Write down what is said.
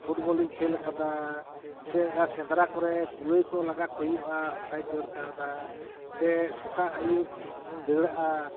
ᱯᱷᱩᱴᱵᱚᱞᱮᱧ ᱠᱷᱮᱞ ᱟᱠᱟᱫᱟ ᱥᱮ ᱚᱠᱟ ᱥᱮᱸᱫᱨᱟ ᱠᱚᱨᱮ ᱠᱩᱞᱟᱹᱭ ᱠᱚ ᱞᱟᱜᱟ ᱠᱚ ᱦᱩᱭᱩᱜᱼᱟ ᱚᱱᱠᱟᱧ ᱫᱟᱹᱲ ᱠᱟᱣᱫᱟ ᱥᱮ ᱥᱮᱛᱟᱜ ᱟᱭᱩᱵ ᱤᱧ ᱫᱟᱹᱲᱟᱜᱼᱟ